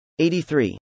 83